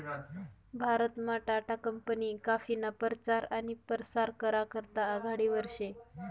भारतमा टाटा कंपनी काफीना परचार आनी परसार करा करता आघाडीवर शे